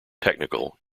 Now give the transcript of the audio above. technical